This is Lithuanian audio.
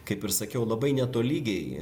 kaip ir sakiau labai netolygiai